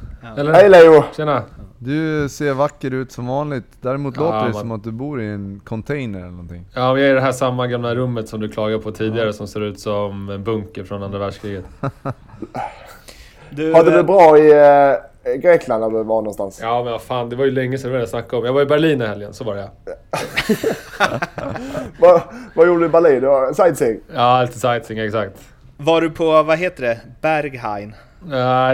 Ja. Eller? Hej, Leo. Tjena. Du ser vacker ut som vanligt. Däremot låter Ja, det vad- som att du bor i en container eller någonting. Ja, vi är i det här samma gamla rummet som du klagade på tidigare, Ja. som ser ut som en bunker från andra världskriget. Du, Har eh, det varit bra i, eh, Grekland, eller var det någonstans? Ja, men vad fan, det var ju länge sedan vi började snacka om. Jag var i Berlin i helgen, så var jag. Vad- vad gjorde du i Berlin? Du var- sightseeing? Ja, lite sightseeing, exakt. Var du på, vad heter det? Berghain? Ja,